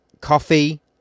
coffee